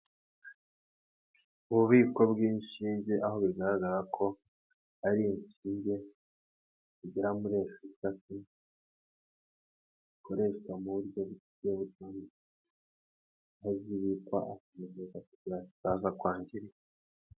Ububiko bwinshinge aho bigaragara ko ari inshinge zigera muri esheshatu zikoreshwa mu buryo bw'butumwa zibikwa aka kukaza kwangirika.